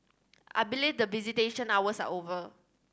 I believe the visitation hours are over